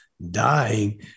dying